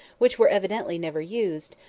which were evidently never used,